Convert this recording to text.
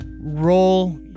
roll